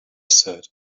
said